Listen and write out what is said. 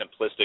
simplistic